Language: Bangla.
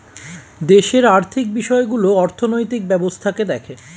দেশের আর্থিক বিষয়গুলো অর্থনৈতিক ব্যবস্থাকে দেখে